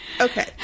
Okay